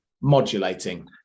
modulating